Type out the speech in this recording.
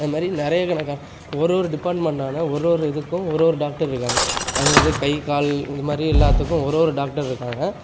அது மாதிரி நிறைய கணக்கா ஒரு ஒரு டிப்பார்ட்மெண்ட்டான ஒரு ஒரு இதுக்கும் ஒரு ஒரு டாக்டர் இருக்காங்க அவங்க வந்து கை கால் இந்த மாதிரி எல்லாத்துக்கும் ஒரு ஒரு டாக்டர் இருக்காங்க